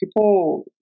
people